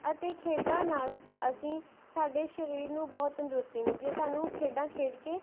ਅਤੇ ਖੇਡਾਂ ਨਾਲ਼ ਸਾ ਅਸੀਂ ਸਾਡੇ ਸਰੀਰ ਨੂੰ ਬਹੁਤ ਤੰਦਰੁਸਤੀ ਮਿਲਦੀ ਹੈ ਸਾਨੂੰ ਖੇਡਾਂ ਖੇਡ ਕੇ